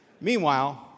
Meanwhile